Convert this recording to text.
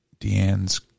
Deanne's